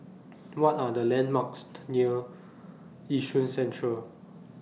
What Are The landmarks near Yishun Central